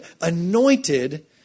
anointed